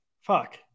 Fuck